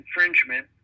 infringement